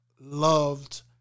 loved